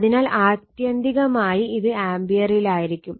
അതിനാൽ ആത്യന്തികമായി ഇത് ആംപിയറിലായിരിക്കും